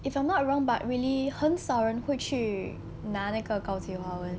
if I'm not wrong but really 很少人会去拿那个高级华文